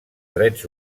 drets